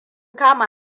kama